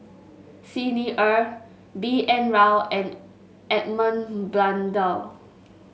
Xi Ni Er B N Rao and Edmund Blundell